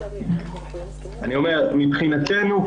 מבחינתנו,